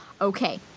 okay